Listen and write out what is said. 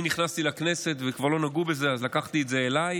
כשאני נכנסתי לכנסת כבר לא נגעו בזה אז לקחתי את זה אליי,